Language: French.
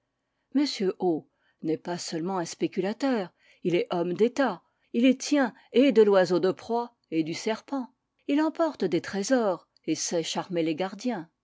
o n'est pas seulement un spéculateur il est homme d'état il tient et de l'oiseau de proie et du serpent il emporte des trésors et sait charmer les gardiens